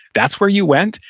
that's where you went.